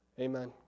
Amen